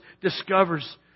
discovers